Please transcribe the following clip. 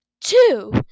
two